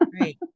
Right